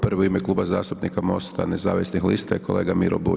Prvi u ime Kluba zastupnika MOST-a Nezavisnih lista je kolega Miro Bulj.